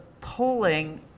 polling